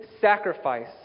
sacrifice